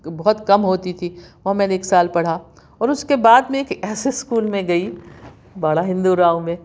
بہت کم ہوتی تھی وہاں میں نے ایک سال پڑھا اور اُس کے بعد میں ایک ایسے اسکول میں گئی باڑا ہندوراؤ میں